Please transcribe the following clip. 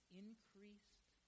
increased